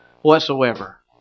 whatsoever